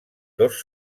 dos